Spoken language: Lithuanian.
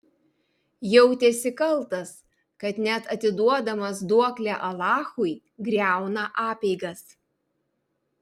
jautėsi kaltas kad net atiduodamas duoklę alachui griauna apeigas